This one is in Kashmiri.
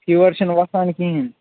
فیٖوَر چھُنہٕ وَسان کِہیٖنٛۍ